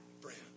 friend